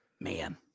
man